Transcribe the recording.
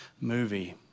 movie